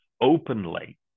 openly